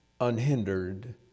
unhindered